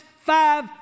five